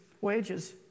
wages